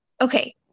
Okay